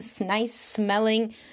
nice-smelling